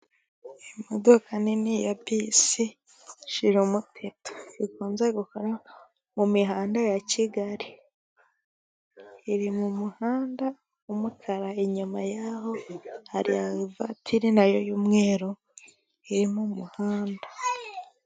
Imodoka nini ya bisi shirumuteto ikunze gukora mu mihanda ya Kigali, iri mu muhanda w'umukara inyuma yaho hari ivatiri nayo y'umweru iri mu muhanda.